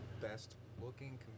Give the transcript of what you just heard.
Best-looking